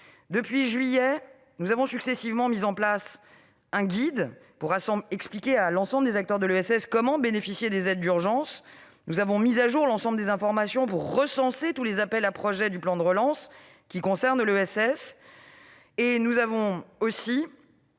Depuis juillet dernier, nous avons successivement mis en place un guide pour expliquer à l'ensemble des acteurs de l'ESS comment bénéficier des aides d'urgence, mis à jour l'ensemble des informations pour recenser tous les appels à projets du plan de relance qui concernent l'ESS, et fait en